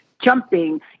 jumping